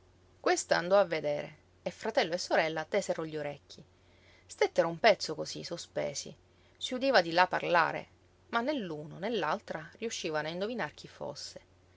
andò a vedere e fratello e sorella tesero gli orecchi stettero un pezzo cosí sospesi si udiva di là parlare ma né l'uno né l'altra riuscivano a indovinar chi fosse